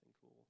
cool